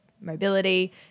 mobility